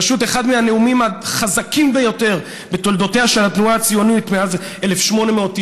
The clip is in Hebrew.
פשוט אחד מהנאומים החזקים ביותר בתולדותיה של התנועה הציונית מאז 1896,